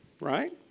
right